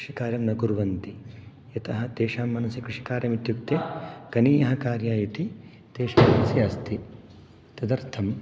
कृषिकार्यं न कुर्वन्ति यतः तेषां मनसि कृषिकार्यम् इत्युक्ते कनीयः कार्यः इति तेषां मनसि अस्ति तदर्थम्